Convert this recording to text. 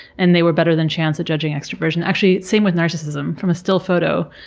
and they were better than chance at judging extroversion. actually, same with narcissism. from a still photo,